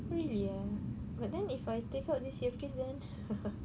really ah but then if I take out this earpiece then